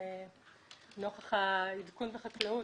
נוכח העדכון בחקלאות,